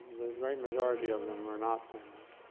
great majority of them were not famous.